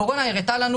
הקורונה הראתה לנו